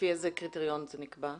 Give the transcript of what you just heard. לפי איזה קריטריון זה נקבע?